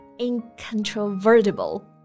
Incontrovertible